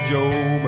Joe